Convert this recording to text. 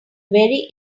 very